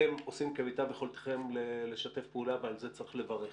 אתם עושים כמיטב יכולתכם לשתף פעולה ועל זה צריך לברך.